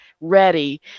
ready